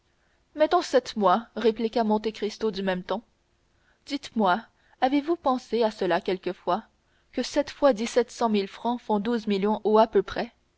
mettons sept mois répliqua monte cristo du même ton dites-moi avez-vous pensé à cela quelquefois que sept fois dix-sept cent mille francs font douze millions ou à peu près